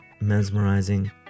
mesmerizing